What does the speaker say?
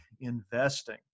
investing